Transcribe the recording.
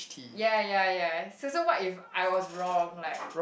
ya ya ya so so what if I was wrong like